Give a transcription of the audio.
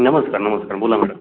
नमस्कार नमस्कार बोला मॅडम